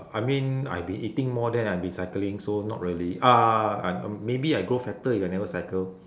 I mean I've been eating more than I've been cycling so not really ah and maybe I grow fatter if I never cycle